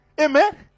amen